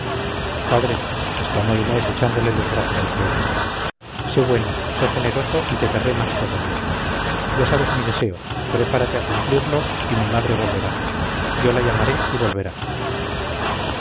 padre exclamó inés echándole los brazos al cuello sé bueno sé generoso y te querré más todavía ya sabes mi deseo prepárate a cumplirlo y mi madre volverá yo la llamaré y volverá